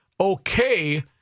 okay